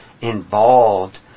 involved